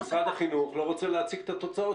כי משרד החינוך לא רוצה להציג את התוצאות